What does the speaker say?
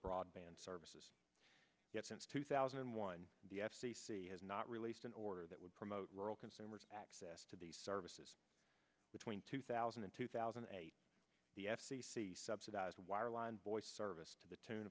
broadband services yet since two thousand and one the f c c has not released an order that would promote rural consumers access to these services between two thousand and two thousand and eight the f c c subsidize wireline voice service to the tune